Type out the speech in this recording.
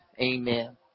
Amen